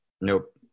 Nope